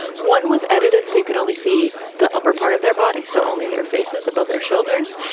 one was edited so you could only see the upper part of their body. so only their faces above their shoulders.